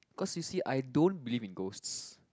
cause you see I don't believe in ghosts